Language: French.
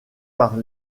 par